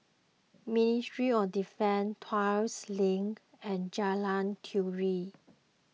Ministry of Defence Tuas Link and Jalan Turi